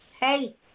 hey